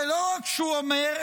ולא רק שהוא אומר,